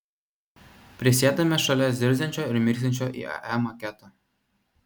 prisėdame šalia zirziančio ir mirksinčio iae maketo